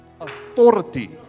authority